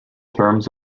terms